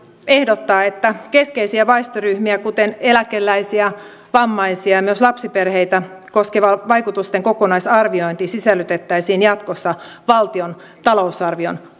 ehdottaa että keskeisiä väestöryhmiä kuten eläkeläisiä vammaisia ja myös lapsiperheitä koskeva vaikutusten kokonaisarviointi sisällytettäisiin jatkossa valtion talousarvion